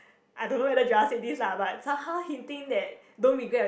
I don't know whether Joel said this lah but somehow hinting that don't regret